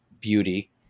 beauty